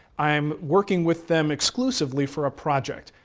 i'm working with them exclusively for a project,